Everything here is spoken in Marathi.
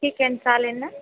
ठीक आहे ना चालेल ना